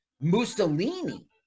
Mussolini